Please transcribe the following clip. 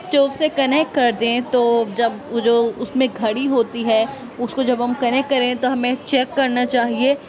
جو اس سے کنیکٹ کرتے ہیں تو جب جو اس میں گھڑی ہوتی ہے اس کو جب ہم کنیکٹ کریں تو چیک کرنا چاہیے